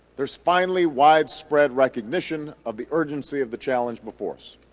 there's finally widespread recognition of the urgency of the challenge before us.